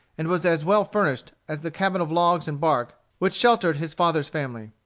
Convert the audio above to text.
and was as well furnished, as the cabin of logs and bark which sheltered his father's family.